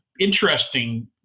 interesting